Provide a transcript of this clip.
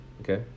Okay